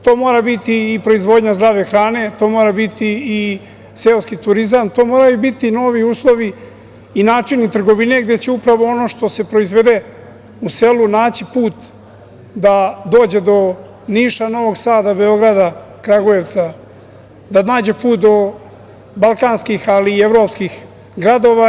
To mora biti i proizvodnja zdrave hrane, to mora biti i seoski turizam, to moraju biti novi uslovi i načini trgovine gde će upravo ono što se proizvede u selu naći put da dođe do Niša, Novog Sada, Beograda, Kragujevca, da nađe put do balkanskih, ali i evropskih gradova.